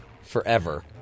forever